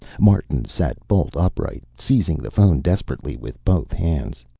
martin sat bolt upright, seizing the phone desperately with both hands.